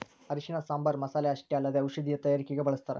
ಅರಿಶಿಣನ ಸಾಂಬಾರ್ ಮಸಾಲೆ ಅಷ್ಟೇ ಅಲ್ಲದೆ ಔಷಧೇಯ ತಯಾರಿಕಗ ಬಳಸ್ಥಾರ